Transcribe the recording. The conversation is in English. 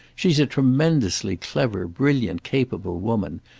she's a tremendously clever brilliant capable woman,